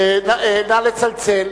נא לצלצל,